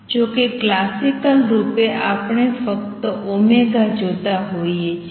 જો કે ક્લાસિકલ રૂપે આપણે ફક્ત ω જોતા હોઈએ છીએ